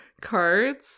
cards